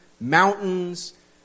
mountains